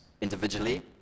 individually